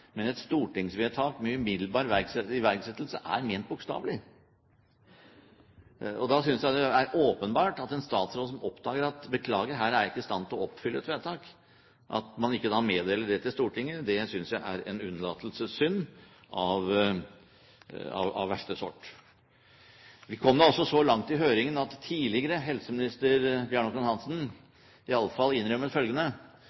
men at et stortingsvedtak blir fulgt opp med umiddelbar iverksettelse er ment bokstavelig. Da synes jeg det er åpenbart at når en statsråd oppdager at beklager, her er jeg ikke i stand til å oppfylle et vedtak og ikke meddeler det til Stortinget, er det en unnlatelsessynd av verste sort. Vi kom så langt i høringen at tidligere helseminister